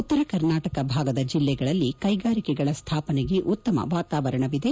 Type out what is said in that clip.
ಉತ್ತರ ಕರ್ನಾಟಕ ಭಾಗದ ಜಿಲ್ಲೆಗಳಲ್ಲಿ ಕೈಗಾರಿಕೆಗಳ ಸ್ಥಾಪನೆಗೆ ಉತ್ತಮ ವಾತಾವರಣವಿದೆ